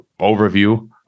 overview